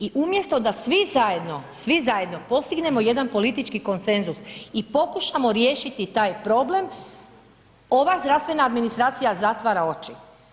I umjesto da svi zajedno, svi zajedno postignemo jedan politički konsenzus i pokušamo riješiti taj problem ova zdravstvena administracija zatvara oči.